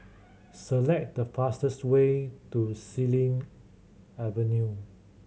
select the fastest way to Xilin Avenue